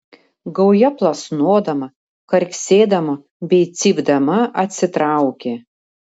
gauja plasnodama karksėdama bei cypdama atsitraukė